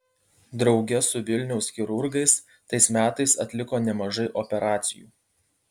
drauge su vilniaus chirurgais tais metais atliko nemažai operacijų